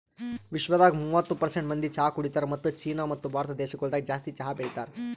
ವಿಶ್ವದಾಗ್ ಮೂವತ್ತು ಪರ್ಸೆಂಟ್ ಮಂದಿ ಚಹಾ ಕುಡಿತಾರ್ ಮತ್ತ ಚೀನಾ ಮತ್ತ ಭಾರತ ದೇಶಗೊಳ್ದಾಗ್ ಜಾಸ್ತಿ ಚಹಾ ಬೆಳಿತಾರ್